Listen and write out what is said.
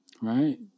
right